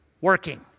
working